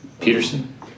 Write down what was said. Peterson